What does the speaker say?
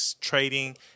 trading